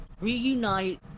reunite